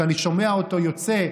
כשאני שומע אותו יוצא,